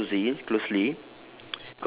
you can look it closely closely